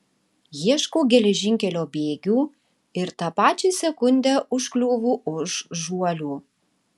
ieškau geležinkelio bėgių ir tą pačią sekundę užkliūvu už žuolių